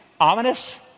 ominous